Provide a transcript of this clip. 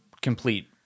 complete